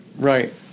Right